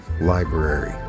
library